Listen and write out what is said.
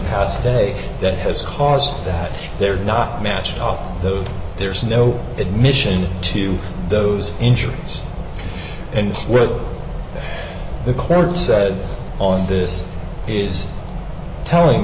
past day that has caused that they're not matched up though there's no admission to those injuries and the court said on this is telling